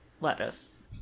lettuce